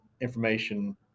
information